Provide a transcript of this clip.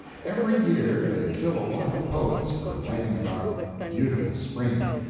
every year they kill a lot of poets for writing about beautiful spring.